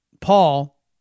Paul